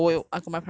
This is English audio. but if it's class